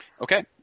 Okay